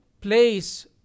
place